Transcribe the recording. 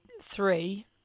three